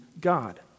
God